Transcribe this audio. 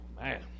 man